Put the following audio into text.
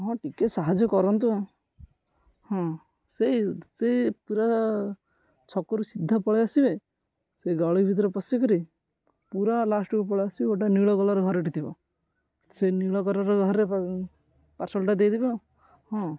ହଁ ଟିକେ ସାହାଯ୍ୟ କରନ୍ତୁ ହଁ ସେଇ ସେ ପୁରା ଛକୁରୁ ସିଧା ପଳେଇଆସିବେ ସେ ଗଳି ଭିତରେ ପଶିକରି ପୁରା ଲାଷ୍ଟକୁ ପଳେଇ ଆସିବେ ଗୋଟେ ନୀଳ କଲର ଘରଟେ ଥିବ ସେ ନୀଳ କଲର ଘରେ ପାର୍ସଲଟା ଦେଇଦେବେ ଆଉ ହଁ